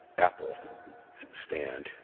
apple stand,